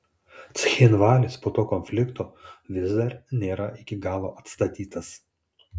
cchinvalis po to konflikto vis dar nėra iki galo atstatytas